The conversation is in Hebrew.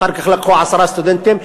אחר כך לקחו עשרה סטודנטים,